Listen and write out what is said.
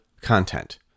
content